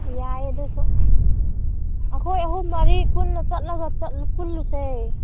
ꯌꯥꯏꯌꯦ ꯑꯗꯨꯁꯨ ꯑꯩꯈꯣꯏ ꯑꯍꯨꯝ ꯃꯔꯤ ꯄꯨꯟꯅ ꯆꯠꯂꯒ ꯄꯨꯜꯂꯨꯁꯦ